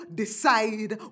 decide